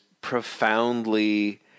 profoundly –